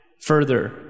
further